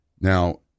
Now